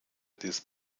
des